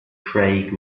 craig